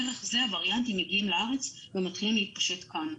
דרך זה הווריאנטים מגיעים לארץ ומתחילים להתפשט כאן.